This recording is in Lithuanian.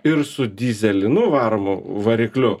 ir su dyzelinu varomu varikliu